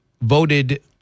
voted